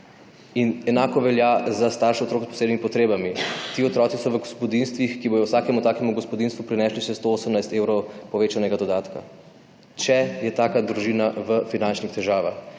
in enako velja za starše otrok s posebnimi potrebami. Ti otroci so v gospodinjstvih, ki bojo vsakemu takemu gospodinjstvu prinesli še 118 evrov povečanega dodatka, če je taka družina v finančnih težavah.